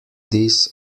this